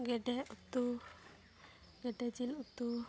ᱜᱮᱰᱮ ᱩᱛᱩ ᱜᱮᱰᱮ ᱡᱤᱞ ᱩᱛᱩ